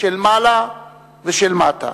של מעלה ושל מטה,